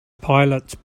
pilots